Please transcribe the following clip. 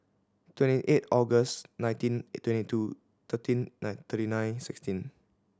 twenty eight August nineteen twenty two thirteen nine thirty nine sixteen